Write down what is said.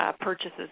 purchases